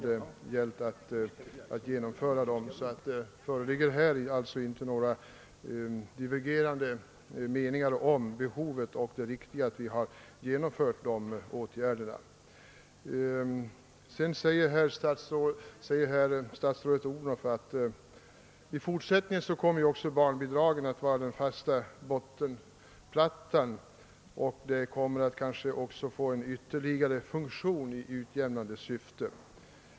Det föreligger alltså inte några divergerande meningar om behovet av eller det riktiga i de åtgärderna. Statsrådet Odhnoff sade att barnbidragen också i fortsättningen kommer att vara den fasta bottenplattan och att de kanske också kommer att få en utjämnande funktion.